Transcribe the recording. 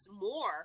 more